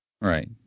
Right